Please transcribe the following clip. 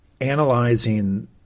analyzing